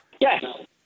yes